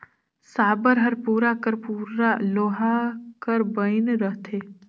साबर हर पूरा कर पूरा लोहा कर बइन रहथे